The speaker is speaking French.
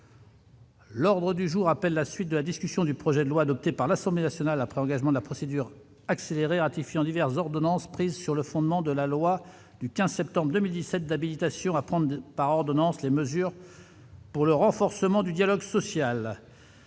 L'ordre du jour appelle la suite de la discussion du projet de loi adopté par l'Assemblée nationale après engagement de la procédure accélérée ratifiant diverses ordonnances prises sur le fondement de la loi du 15 septembre 2017 d'habilitation à prendre par ordonnance les mesures pour le renforcement du dialogue social.